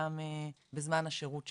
גם בזמן השירות שלהם.